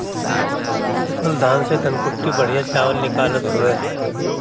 सूखल धान से धनकुट्टी बढ़िया चावल निकालत हवे